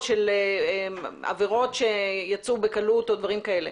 של עבירות שיצאו בקלות או דברים כאלה.